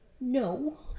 no